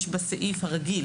יש בסעיף הרגיל,